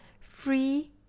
free